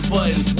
Button